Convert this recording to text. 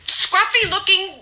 scruffy-looking